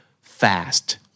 fast